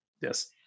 Yes